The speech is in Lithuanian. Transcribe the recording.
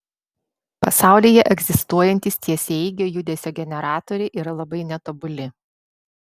pasaulyje egzistuojantys tiesiaeigio judesio generatoriai yra labai netobuli